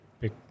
pick